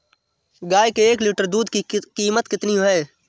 गाय के एक लीटर दूध की कीमत कितनी है?